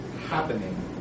happening